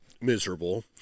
miserable